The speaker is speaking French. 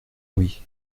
oui